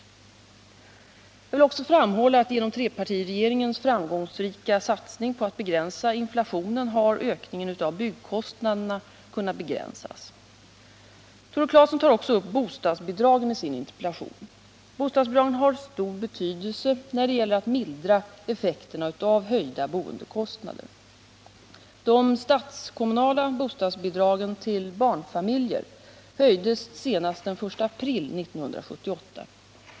Jag vill också framhålla att genom trepartiregeringens framgångsrika satsning på att begränsa inflationen har ökningen av byggnadskostnaderna kunnat begränsas. Tore Claeson tar också upp bostadsbidragen i sin interpellation. Bostadsbidragen har stor betydelse när det gäller att mildra effekterna av höjda boendekostnader. De statskommunala bostadsbidragen till barnfamiljer höjdes senast den 1 april 1978.